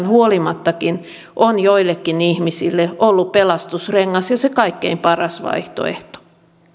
huolimattakin on joillekin ihmisille ollut pelastusrengas ja se kaikkien paras vaihtoehto